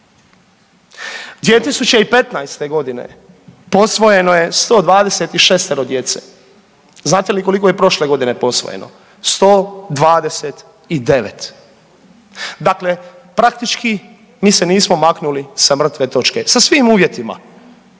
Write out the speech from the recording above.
2015. g. posvojeno je 126 djece. Znate li koliko je prošle godine posvojeno? 129. Dakle, praktički, mi se nismo maknuli sa mrtve točke, sa svim uvjetima.